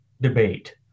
debate